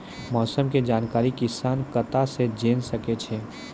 मौसम के जानकारी किसान कता सं जेन सके छै?